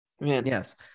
Yes